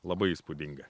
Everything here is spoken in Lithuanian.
labai įspūdinga